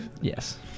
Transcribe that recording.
Yes